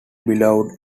beloved